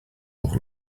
all